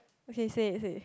okay say it say